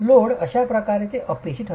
load अशा प्रकारे ते अपयशी ठरतील